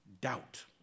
Doubt